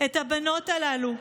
את הבנות הללו.